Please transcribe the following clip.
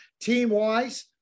team-wise